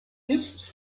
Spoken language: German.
ist